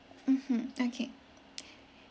mmhmm okay